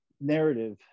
narrative